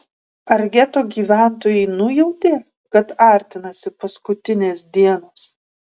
ar geto gyventojai nujautė kad artinasi paskutinės dienos